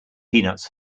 peanuts